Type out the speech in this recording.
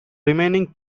remaining